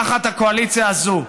תחת הקואליציה הזו.